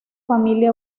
familia